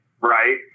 right